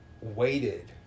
waited